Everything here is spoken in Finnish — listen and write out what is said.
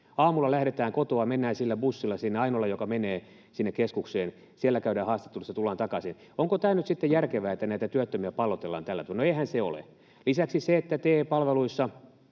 aamulla lähdetään kotoa, mennään sillä ainoalla bussilla, joka menee, sinne keskukseen, siellä käydään haastattelussa, tullaan takaisin. Onko tämä nyt sitten järkevää, että näitä työttömiä pallotellaan tällä tavoin? No, eihän se ole. Lisäksi järkevää on se, että TE-palveluissa